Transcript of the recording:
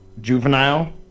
juvenile